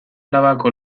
arabako